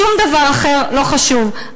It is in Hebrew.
שום דבר אחר לא חשוב,